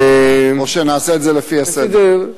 או שנעשה את זה לפי הסדר.